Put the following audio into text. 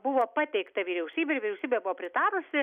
buvo pateikta vyriausybei vyriausybė buvo pritarusi